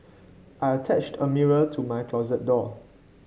I attached a mirror to my closet door